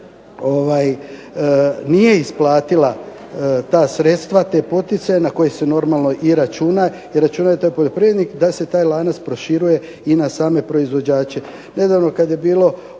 nije isplatila ta sredstva, te poticaje na koje se normalno i računa, i računaju ti poljoprivrednici da se taj lanac proširuje i na same proizvođače. Nedavno kada je bilo